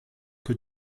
que